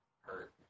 hurt